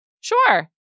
Sure